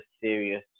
serious